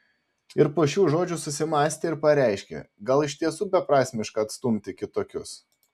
ir po šių žodžių susimąstė ir pareiškė gal iš tiesų beprasmiška atstumti kitokius